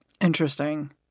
Interesting